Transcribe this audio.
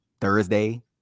Thursday